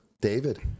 David